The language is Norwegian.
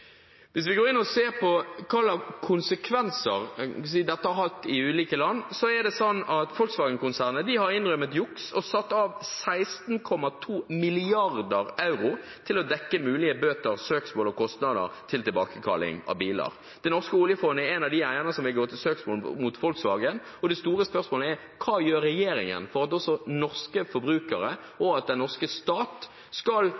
Hvis vi går inn og ser på hvilke konsekvenser dette har hatt i ulike land, er det slik at Volkswagen-konsernet har innrømmet juks og satt av 16,2 mrd. euro til å dekke mulige bøter, søksmål og kostnader til tilbakekalling av biler. Det norske oljefondet er én av eierne som vil gå til søksmål mot Volkswagen, og det store spørsmålet er: Hva gjør regjeringen for at også norske forbrukere og den norske stat skal